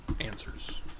answers